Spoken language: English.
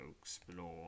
explore